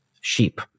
sheep